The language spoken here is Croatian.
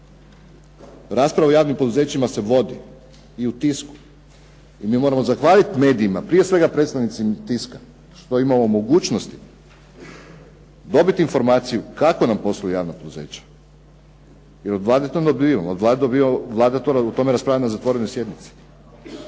Rasprava o javnim poduzećima se vodi, i u tisku, i mi moramo zahvaliti medijima, prije svega predstavnicima tiska što imamo mogućnosti dobiti informaciju kako nam posluju javna poduzeća, jer od Vlade to ne dobivamo. Vlada o tome raspravlja na zatvorenoj sjednici.